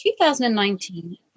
2019